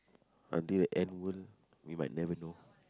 until the end world we might never know